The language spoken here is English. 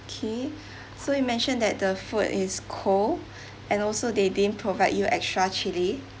okay so you mentioned that the food is cold and also they didn't provide you extra chilli